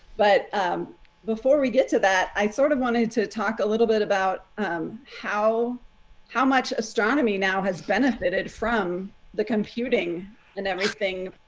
but um before we get to that, i sort of wanted to talk a little bit about um how how much astronomy now has benefited from the computing and everything.